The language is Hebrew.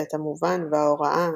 ואת המובן וההוראה,